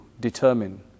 determine